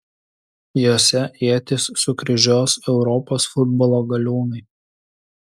jose ietis sukryžiuos europos futbolo galiūnai